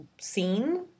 scene